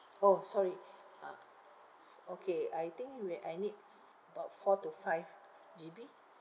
orh sorry uh okay I think re~ I need about four to five G_B